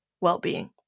well-being